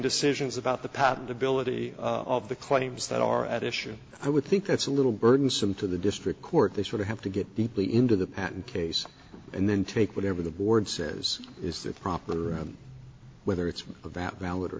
decisions about the patentability of the claims that are at issue i would think that's a little burdensome to the district court they sort of have to get deeply into the patent case and then take whatever the board says is the proper room whether it's about valid or